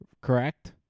Correct